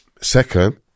second